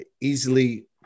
easily